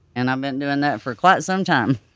and i've been doing that for quite some time.